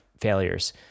failures